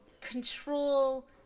Control